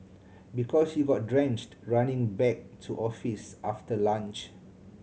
because you got drenched running back to office after lunch